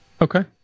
Okay